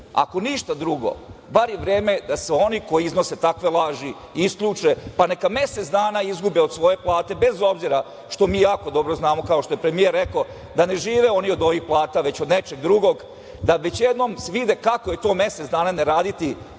ako ništa drugo, bar je vreme da se oni koji iznose takve laži isključe. Pa, neka mesec dana izgube od svoje plate, bez obzira što mi jako dobro znamo, kao što je premijer rekao, da ne žive oni od ovih plata već od nečeg drugog, da već jednom vide kako je to mesec dana ne raditi